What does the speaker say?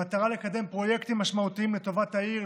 במטרה לקדם פרויקטים משמעותיים לטובת העיר,